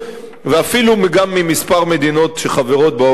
ואפילו גם מבכמה מדינות שחברות ב-OECD.